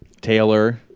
Taylor